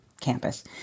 campus